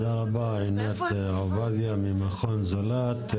תודה רבה עינת עובדיה ממכון זולת.